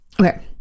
Okay